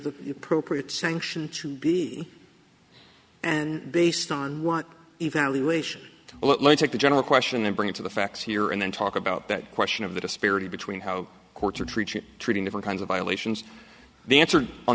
the appropriate sanction to be and based on what evaluation let's take the general question and bring to the facts here and then talk about that question of the disparity between how courts are treating treating different kinds of violations the answer on